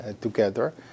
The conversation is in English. together